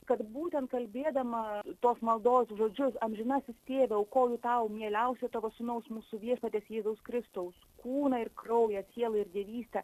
kad būtent kalbėdama tos maldos žodžius amžinasis tėve aukoju tau mieliausiojo tavo sūnaus mūsų viešpaties jėzaus kristaus kūną ir kraują sielą ir dievystę